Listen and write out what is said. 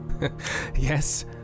Yes